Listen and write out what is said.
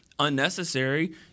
unnecessary